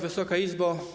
Wysoka Izbo!